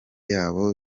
yabo